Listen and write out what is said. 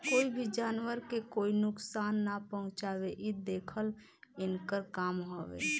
कोई भी जानवर के कोई नुकसान ना पहुँचावे इ देखल इनकर काम हवे